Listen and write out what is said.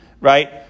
right